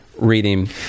reading